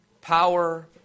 power